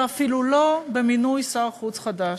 ואפילו לא במינוי שר חוץ חדש.